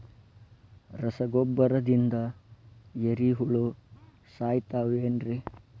ರಸಗೊಬ್ಬರದಿಂದ ಏರಿಹುಳ ಸಾಯತಾವ್ ಏನ್ರಿ?